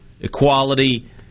equality